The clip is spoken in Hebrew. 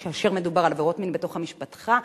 כאשר מדובר בעבירות מין בתוך המשפחה,